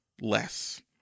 less